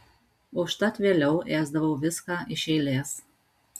užtat vėliau ėsdavau viską iš eilės